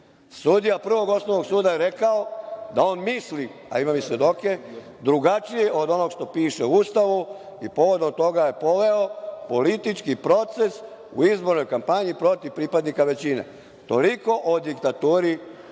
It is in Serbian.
Sudija Prvog osnovnog suda je rekao da on misli, a imam i svedoke, drugačije od onog što piše u Ustavu i povodom toga je poveo politički proces u izbornoj kampanji protiv pripadnika većine. Toliko o diktaturi